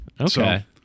okay